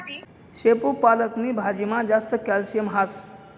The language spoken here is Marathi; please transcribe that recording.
शेपू पालक नी भाजीमा जास्त कॅल्शियम हास